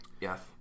Yes